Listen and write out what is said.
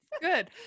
Good